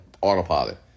autopilot